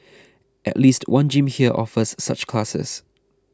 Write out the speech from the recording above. at least one gym here offers such classes